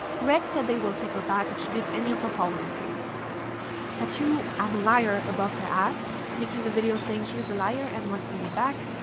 greg said they will take her back if she did any of the following things tattoo i'm a liar above her ass, making a video saying she is a liar and wants lainey back,